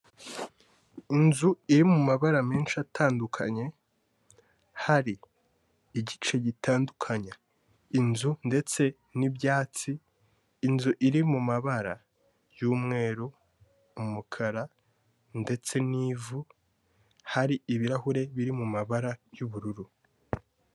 Inzu iri mu mabara menshi atandukanye, hari igice gitandukanya inzu ndetse n'ibyatsi, inzu iri mu mabara y'umweru, umukara ndetse n'ivu hari ibirahuri biri mu mumabara y'ubururu.